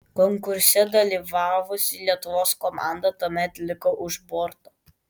konkurse dalyvavusi lietuvos komanda tuomet liko už borto